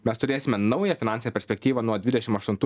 mes turėsime naują finansinę perspektyvą nuo dvidešim aštuntų